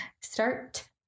start